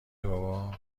بابا